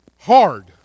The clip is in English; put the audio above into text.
hard